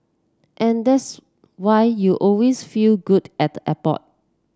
and that's why you always feel good at the airport